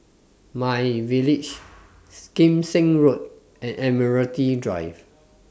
MyVillage Kim Seng Road and Admiralty Drive